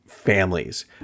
families